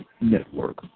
Network